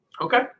Okay